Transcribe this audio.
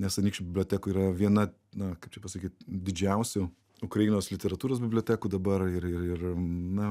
nes anykščių bibliotekoj yra viena na kaip čia pasakyt didžiausių ukrainos literatūros bibliotekų dabar ir ir ir na